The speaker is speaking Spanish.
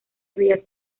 bellas